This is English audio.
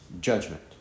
judgment